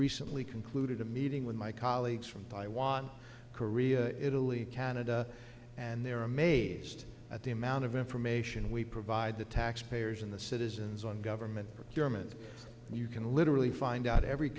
recently concluded a meeting with my colleagues from taiwan korea italy canada and they're amazed at the amount of information we provide the taxpayers and the citizens on government procurement you can literally find out every